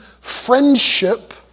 friendship